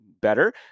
better